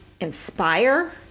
inspire